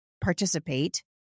participate